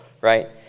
right